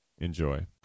Enjoy